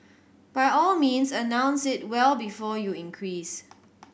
by all means announce it well before you increase